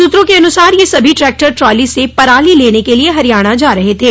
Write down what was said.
सूत्रों के अनुसार यह सभी ट्रैक्टर ट्राली से पराली लेने के लिए हरियाणा जा रहे थे